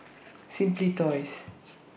Simply Toys